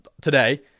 today